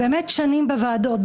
שנים בוועדות,